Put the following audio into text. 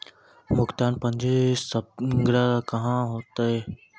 भुगतान पंजी संग्रह कहां होता हैं?